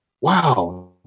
wow